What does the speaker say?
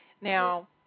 Now